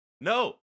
no